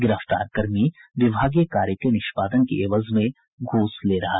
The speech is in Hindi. गिरफ्तार कर्मी विभागीय कार्य के निष्पादन के एवज में घूस ले रहा था